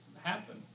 happen